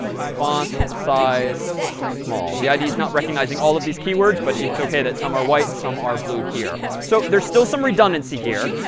font-size small. the ide is not recognizing all of these keywords, but it's ok that some are white, some are blue here. so there's still some redundancy here,